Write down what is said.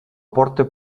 porta